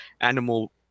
animal